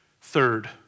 Third